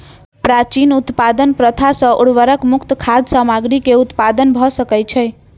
प्राचीन उत्पादन प्रथा सॅ उर्वरक मुक्त खाद्य सामग्री के उत्पादन भ सकै छै